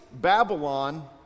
Babylon